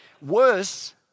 Worse